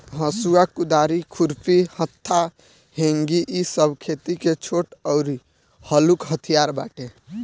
हसुआ, कुदारी, खुरपी, हत्था, हेंगी इ सब खेती के छोट अउरी हलुक हथियार बाटे